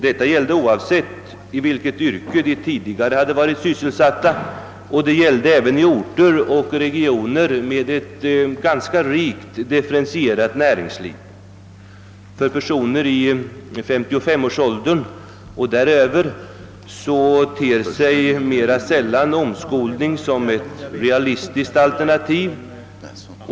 Detta gällde oavsett vilket yrke de tidigare varit sysselsatta i, och det gällde även i orter och regioner med ett ganska rikt differentierat näringsliv.' För personer i 55-årsåldern och däröver ter sig omskolning mera sällan som ett realistiskt alternativ.